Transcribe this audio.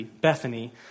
Bethany